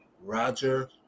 Roger